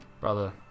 brother